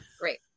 great